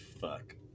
fuck